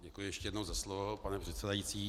Děkuji ještě jednou za slovo, pane předsedající.